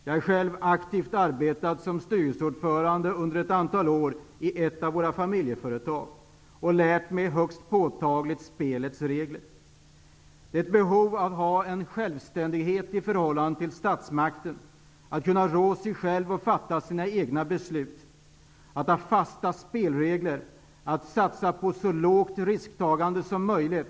Jag har själv aktivt arbetat som styrelseordförande under ett antal år i ett av våra familjeföretag. Jag har högst påtagligt lärt mig spelets regler. Det finns ett behov av att ha självständighet i förhållande till statsmakten, att kunna rå sig själv och fatta sina egna beslut, att ha fasta spelregler och att satsa på så lågt risktagande som möjligt.